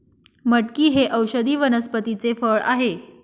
मटकी हे औषधी वनस्पतीचे फळ आहे